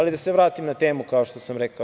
Da se vratim na temu, kao što sam rekao.